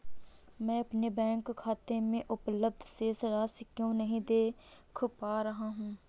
मैं अपने बैंक खाते में उपलब्ध शेष राशि क्यो नहीं देख पा रहा हूँ?